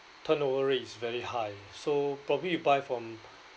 turnover rate is very high so probably you buy from